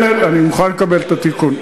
אני מוכן לקבל את התיקון.